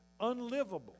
unlivable